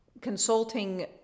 consulting